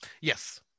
Yes